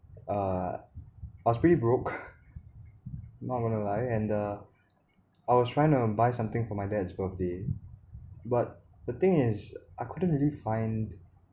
uh I was pretty broke not gonna to lie and uh I was trying to buy something for my dad's birthday but the thing is I couldn't really find